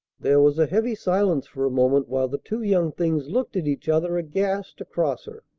there was a heavy silence for a moment while the two young things looked at each other aghast across her,